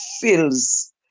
feels